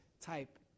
type